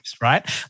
right